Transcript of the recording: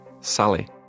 Sally